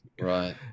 right